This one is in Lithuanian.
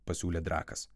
pasiūlė drakas